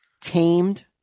tamed